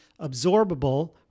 absorbable